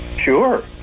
Sure